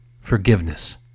forgiveness